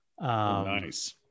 nice